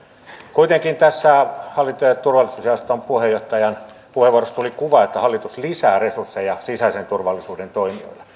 kuitenkin tässä hallinto ja turvallisuusjaoston puheenjohtajan puheenvuorossa tuli kuva että hallitus lisää resursseja sisäisen turvallisuuden toimijoille